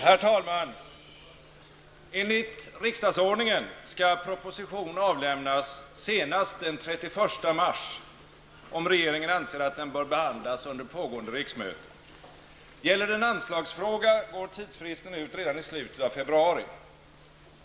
Herr talman! Enligt riksdagsordningen skall proposition avlämnas senast den 31 mars, om regeringen anser att den bör behandlas under pågående riksmöte. Gäller det en anslagsfråga går tidsfristen ut redan i slutet av februari.